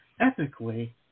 ethically